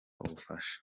ubufasha